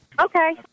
Okay